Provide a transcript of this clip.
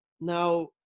Now